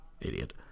idiot